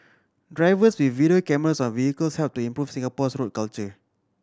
drivers with video cameras on vehicles help to improve Singapore's road culture